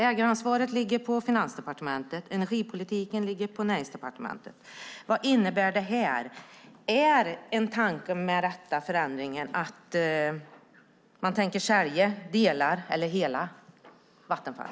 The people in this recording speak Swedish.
Ägaransvaret ligger på Finansdepartementet och energipolitiken ligger på Näringsdepartementet. Vad innebär det? Är en tanke med förändringen att man tänker sälja delar av eller hela Vattenfall?